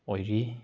ꯑꯣꯏꯔꯤ